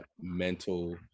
mental